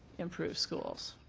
improve schools.